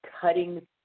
cutting